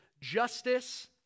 justice